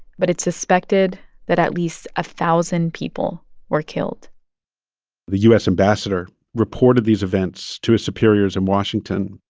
but it's suspected that at least a thousand people were killed the u s. ambassador reported these events to his superiors in washington.